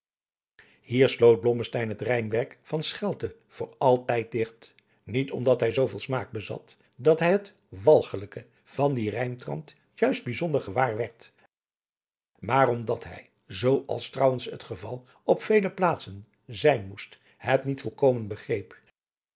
rijmwerk van schelte voor altijd digt niet omdat hij zooveel smaak bezat dat hij het walgelijke van dien rijmtrant juist bijzonder gewaar werd maar omdat hij zoo als trouwens het geval op vele plaatsen zijn moest het niet volkomen begreep